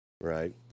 right